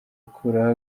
gukuraho